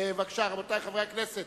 בבקשה, רבותי, חברי הכנסת.